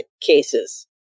cases